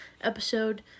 episode